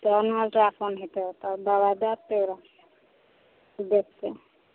तब ने अल्ट्रासाउण्ड हेतै तब दवाइ दै देतै ओकरा देतै